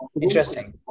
Interesting